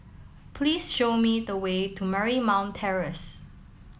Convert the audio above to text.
please show me the way to Marymount Terrace